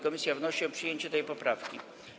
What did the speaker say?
Komisja wnosi o przyjęcie tej poprawki.